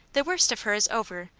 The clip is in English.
the worst of her is over,